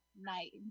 night